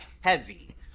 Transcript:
heavy